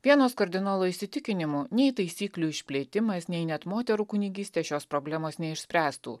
vienos kardinolo įsitikinimu nei taisyklių išplėtimas nei net moterų kunigystės šios problemos neišspręstų